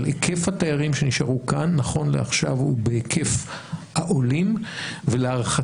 אבל היקף התיירים שנשארו כאן נכון לעכשיו הוא בהיקף העולים ולהערכתי